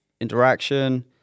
interaction